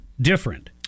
different